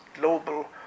global